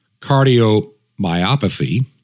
cardiomyopathy